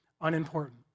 unimportant